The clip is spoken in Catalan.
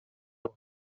boig